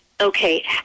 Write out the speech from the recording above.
okay